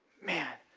man!